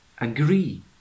agree